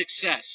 success